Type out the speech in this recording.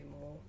more